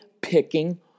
picking